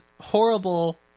horrible